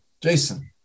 Jason